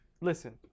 listen